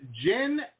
Jen